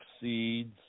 seeds